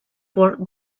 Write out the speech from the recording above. por